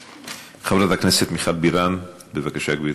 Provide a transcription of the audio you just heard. חברת הכנסת מיכל בירן, בבקשה, גברתי.